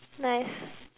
nice